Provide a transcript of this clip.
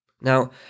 Now